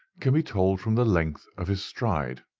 can be told from the length of his stride.